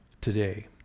today